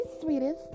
sweetest